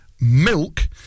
Milk